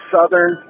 Southern